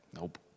Nope